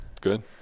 Good